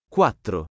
Quattro